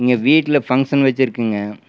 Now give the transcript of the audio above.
இங்கே வீட்டில் ஃபங்க்ஷன் வெச்சுருக்குங்க